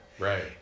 Right